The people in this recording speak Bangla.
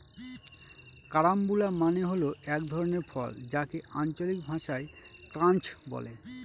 কারাম্বুলা মানে হল এক ধরনের ফল যাকে আঞ্চলিক ভাষায় ক্রাঞ্চ বলে